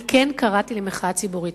אני כן קראתי למחאה ציבורית